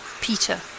Peter